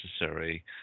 necessary